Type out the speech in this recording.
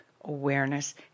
awareness